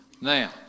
Now